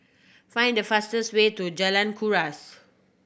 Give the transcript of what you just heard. find the fastest way to Jalan Kuras